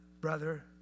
brother